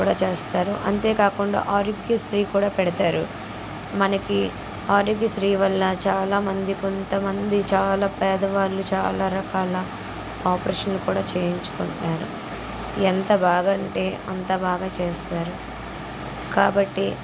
కూడా చేస్తారు అంతేకాకుండా ఆరోగ్యశ్రీ కూడా పెడతారు మనకి ఆరోగ్యశ్రీ వల్ల చాలామంది కొంతమంది చాలా పేదవాళ్ళు చాలా రకాల ఆపరేషన్లు కూడా చేయించుకుంటారు ఎంత బాగా అంటే అంత బాగా చేస్తారు కాబట్టి